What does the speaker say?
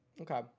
Okay